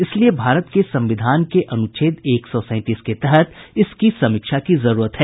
इसलिए भारत के संविधान के अनुच्छेद एक सौ सैंतीस के तहत इसकी समीक्षा की जरूरत है